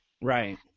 Right